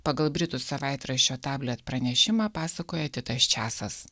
pagal britų savaitraščio tablet pranešimą pasakoja titas česas